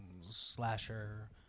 slasher